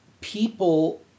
people